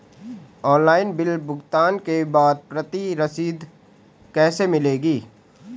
Online bill भुगतान के बाद प्रति रसीद कैसे मिलेगी?